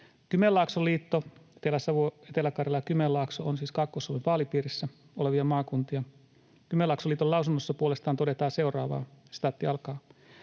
Kymenlaakson liiton — Etelä-Savo, Etelä-Karjala ja Kymenlaakso ovat siis Kaakkois-Suomen vaalipiirissä olevia maakuntia — lausunnossa puolestaan todetaan seuraavaa: ”Matkailu